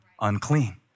unclean